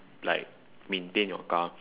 like maintain your car